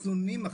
בחיסונים.